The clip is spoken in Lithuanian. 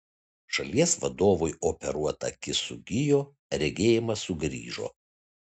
šalies vadovui operuota akis sugijo regėjimas sugrįžo